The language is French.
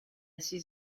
six